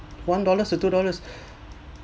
one dollars to two dollars